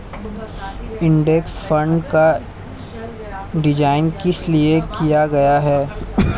Index fund का design किस लिए किया गया है?